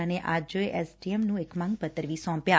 ਉਨ੍ਹਾਂ ਨੇ ਅੱਜ ਐਸ ਡੀ ਐਮ ਨੁੰ ਇਕ ਮੰਗ ਪੱਤਰ ਵੀ ਸੌਪਿਆ